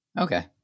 Okay